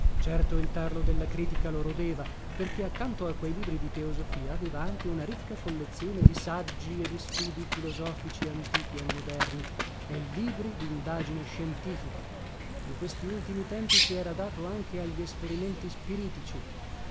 certo il tarlo della critica lo rodeva perché accanto a quei libri di teosofia aveva anche una ricca collezione di saggi e di studii filosofici antichi e moderni e libri dindagine scientifica in questi ultimi tempi si era dato anche a gli esperimenti spiritici